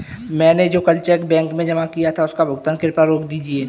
मैं कल जो चेक बैंक में जमा किया था उसका भुगतान कृपया रोक दीजिए